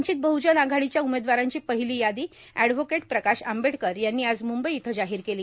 वचित बहजन आघाडीच्या उमेदवारांची पहिली यादी एड प्रकाश आंबेडकर यांनी आज मुंबई इथं जाहिर केली